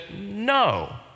no